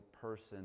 person